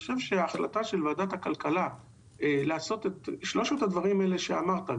ואני חושב שההחלטה של ועדת הכלכלה לעשות את שלושת הדברים האלה שאמרת,